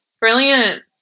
Brilliant